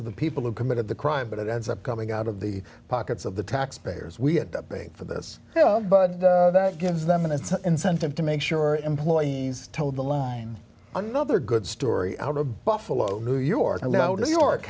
of the people who committed the crime but it ends up coming out of the pockets of the taxpayers we end up paying for this but that gives them an incentive to make sure employees told the line another good story out of buffalo new york